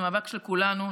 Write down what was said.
זה מאבק של כולנו,